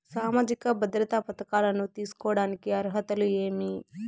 సామాజిక భద్రత పథకాలను తీసుకోడానికి అర్హతలు ఏమి?